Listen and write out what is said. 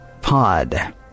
Pod